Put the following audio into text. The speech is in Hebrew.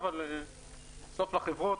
אבל בסוף לחברות.